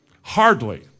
Hardly